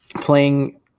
playing